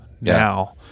Now